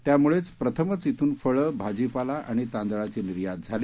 त्यामुळेच प्रथमच ध्रिन फळ भाजीपाला आणि तांदळाची निर्यात झाली